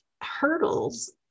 hurdles